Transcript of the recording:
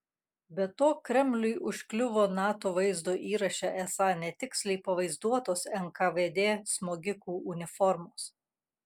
be to kremliui užkliuvo nato vaizdo įraše esą netiksliai pavaizduotos nkvd smogikų uniformos